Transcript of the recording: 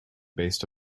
based